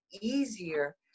easier